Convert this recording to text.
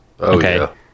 Okay